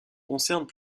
concernent